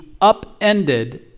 upended